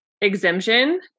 exemption